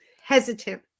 hesitant